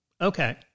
okay